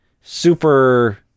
super